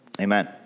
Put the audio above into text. amen